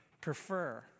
prefer